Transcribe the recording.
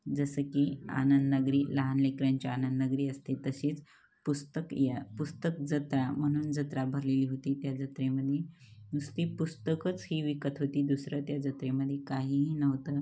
जसं की आनंद नगरी लहान लेकरांची आनंद नगरी असते तशीच पुस्तक या पुस्तक जत्रा म्हणून जत्रा भरलेली होती त्या जत्रेमध्ये नुसती पुस्तकच ही विकत होती दुसरं त्या जत्रेमध्ये काहीही नव्हतं